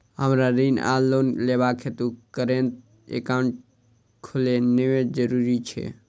हमरा ऋण वा लोन लेबाक हेतु करेन्ट एकाउंट खोलेनैय जरूरी छै?